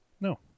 No